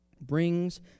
brings